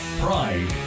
pride